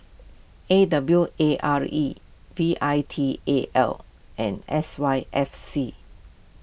A W A R E V I T A L and S Y F C